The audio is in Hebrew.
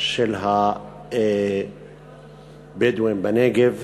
של הבדואים בנגב",